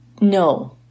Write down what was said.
no